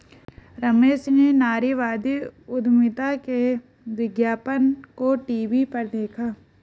रमेश ने नारीवादी उधमिता के विज्ञापन को टीवी पर देखा